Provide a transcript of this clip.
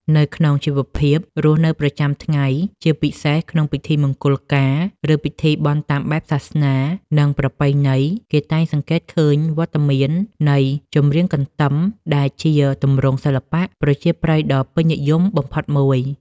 នៅក្នុងជីវភាពរស់នៅប្រចាំថ្ងៃ ជាពិសេសក្នុងពិធីមង្គលការ ឬពិធីបុណ្យតាមបែបសាសនា និងប្រពៃណី គេតែងតែសង្កេតឃើញវត្តមាននៃ ចម្រៀងកន្ទឹម ដែលជាទម្រង់សិល្បៈប្រជាប្រិយដ៏ពេញនិយមបំផុតមួយ។